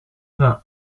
vingt